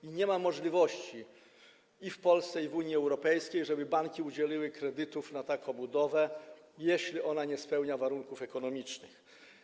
I nie ma możliwości ani w Polsce, ani w Unii Europejskiej, żeby banki udzieliły kredytów na taką budowę, jeśli ona nie spełnia warunków ekonomicznych.